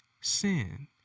sin